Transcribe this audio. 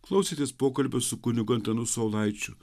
klausėtės pokalbio su kunigu antanu saulaičiu